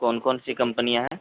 کون کون سی کمپنیاں ہیں